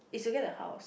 it's looking like house